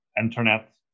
internet